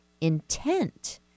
intent